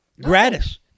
gratis